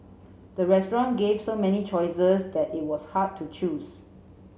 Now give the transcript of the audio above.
the restaurant gave so many choices that it was hard to choose